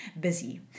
busy